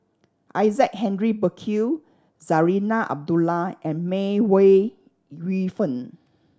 Isaac Henry Burkill Zarinah Abdullah and May Ooi Yu Fen